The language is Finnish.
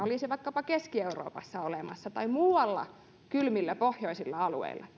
olisi olemassa vaikkapa keski euroopassa tai muualla kylmillä pohjoisilla alueilla